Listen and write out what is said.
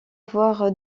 avoir